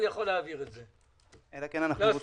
הוא יכול להעביר את הצעת החוק.